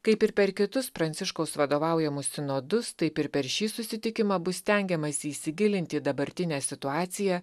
kaip ir per kitus pranciškaus vadovaujamus sinodus taip ir per šį susitikimą bus stengiamasi įsigilinti į dabartinę situaciją